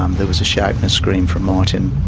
um there was a shout and a scream from martin.